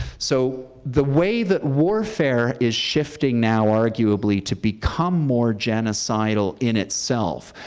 so the way that warfare is shifting now, arguably, to become more genocidal in itself,